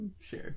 Sure